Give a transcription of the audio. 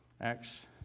Acts